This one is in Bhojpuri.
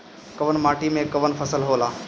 कवन माटी में कवन फसल हो ला?